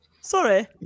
Sorry